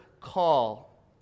call